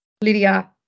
Lydia